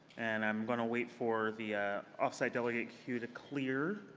and i'm going to wait for the ah off-site delegate cue to clear.